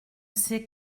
c’est